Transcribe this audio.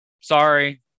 sorry